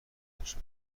باشم